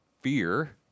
fear